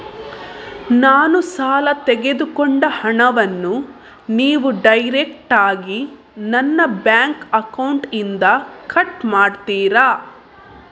ನಾನು ಸಾಲ ತೆಗೆದುಕೊಂಡ ಹಣವನ್ನು ನೀವು ಡೈರೆಕ್ಟಾಗಿ ನನ್ನ ಬ್ಯಾಂಕ್ ಅಕೌಂಟ್ ಇಂದ ಕಟ್ ಮಾಡ್ತೀರಾ?